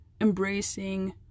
embracing